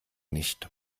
nicht